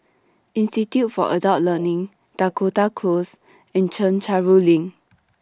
Institute For Adult Learning Dakota Close and Chencharu LINK